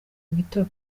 imitobe